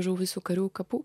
žuvusių karių kapų